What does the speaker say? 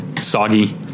soggy